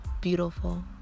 beautiful